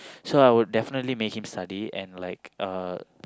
so I would definitely make him study and like